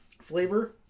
Flavor